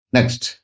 Next